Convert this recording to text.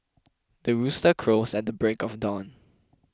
the rooster crows at the break of dawn